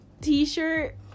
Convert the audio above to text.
t-shirt